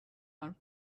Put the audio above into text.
own